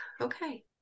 Okay